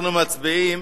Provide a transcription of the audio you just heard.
אנחנו מצביעים